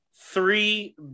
Three